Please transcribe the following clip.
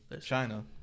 china